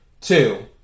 Two